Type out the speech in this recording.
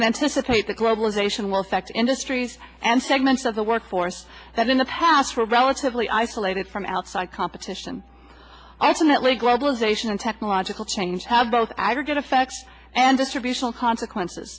can anticipate the globalization were affected industries and segments of the workforce that in the past were relatively isolated from outside competition alternately globalization and technological change have both aggregate effects and distributional consequences